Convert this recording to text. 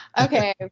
okay